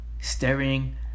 Staring